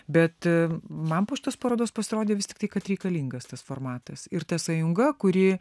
bet man po šitos parodos pasirodė vis tiktai kad reikalingas tas formatas ir ta sąjunga kuri